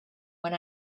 when